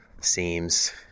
seems